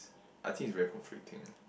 I think it's very conflicting